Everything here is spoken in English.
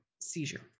seizure